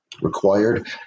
required